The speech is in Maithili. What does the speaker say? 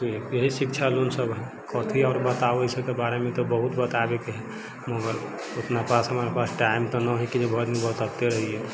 यही शिक्षा लोन सब हय कथी आओर बताबै छै तै के बारेमे बहुत बताबैके हय मगर उतना पासमे टाइम तऽ नहि हय कि भरि दिन बतबते रहियै